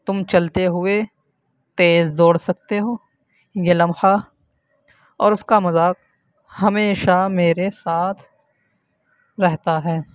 تم چلتے ہوئے تیز دوڑ سکتے ہو یہ لمحہ اور اس کا مذاق ہمیشہ میرے ساتھ رہتا ہے